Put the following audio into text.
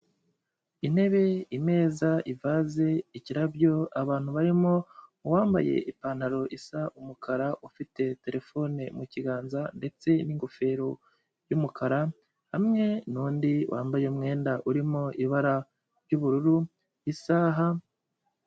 Intebe, imeza, ivaze, ikirabyo, abantu barimo uwambaye ipantaro isa umukara ufite telefone mu kiganza ndetse n'ingofero y'umukara, hamwe n'undi wambaye umwenda urimo ibara ry'ubururu, isaha.